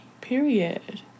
Period